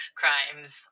crimes